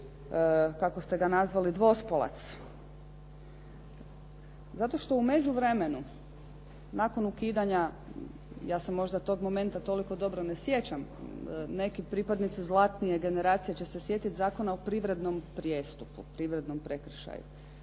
kako ste ga nazvali dvospolac? Zato što u međuvremenu nakon ukidanja, ja se možda tog momenta toliko dobro ne sjećam, neki pripadnici zlatnije generacije će se sjetit Zakona o privrednom prijestupu, privrednom prekršaju.